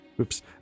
Oops